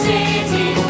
City